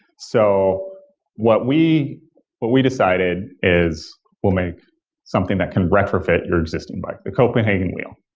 so what we what we decided is we'll make something that can retrofit your existing bike, the copenhagen wheel.